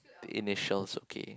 initials okay